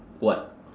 what